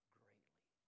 greatly